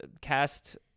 cast